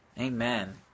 Amen